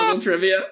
Trivia